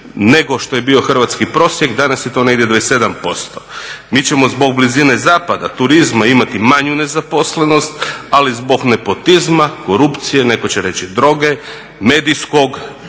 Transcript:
nego što je bio hrvatski prosjek. Danas je to negdje 27%. Mi ćemo zbog blizine zapada, turizma imati manju nezaposlenost, ali zbog nepotizma, korupcije, netko će reći droge, medijskog